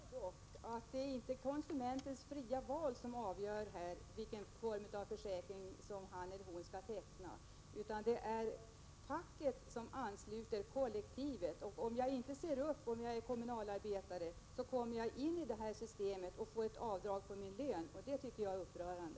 Herr talman! Kvar står att det inte är konsumentens fria val som avgör vilken form av försäkring som han eller hon skall teckna, utan det är facket som ansluter hela kollektivet. En kommunalarbetare som inte ser upp kommer in i detta system och får avdrag på sin lön. Detta tycker jag är upprörande!